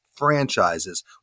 franchises